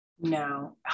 No